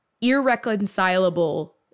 irreconcilable